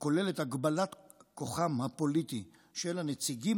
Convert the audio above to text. הכוללת הגבלת כוחם הפוליטי של הנציגים